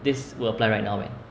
this will apply right now man